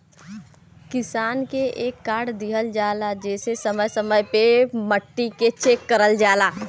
किसान के एक कार्ड दिहल जाला जेसे समय समय पे मट्टी के चेक करल जाला